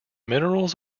minerals